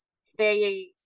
stay